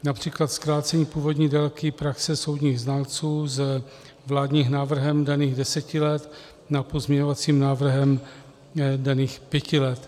Například zkrácení původní délky praxe soudních znalců z vládním návrhem daných deseti let na pozměňovacím návrhem daných pět let.